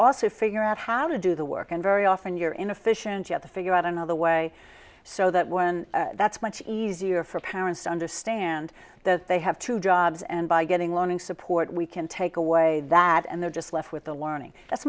also figure out how to do the work and very often you're inefficient you have to figure out another way so that when that's much easier for parents to understand that they have two jobs and by getting long support we can take away that and they're just left with the learning that's